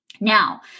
Now